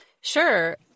Sure